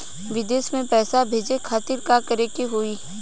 विदेश मे पैसा भेजे खातिर का करे के होयी?